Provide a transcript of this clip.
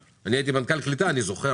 אני הייתי מנכ"ל משרד הקליטה, אני זוכר.